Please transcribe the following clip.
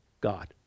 God